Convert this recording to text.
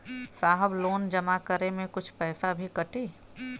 साहब लोन जमा करें में कुछ पैसा भी कटी?